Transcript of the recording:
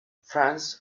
france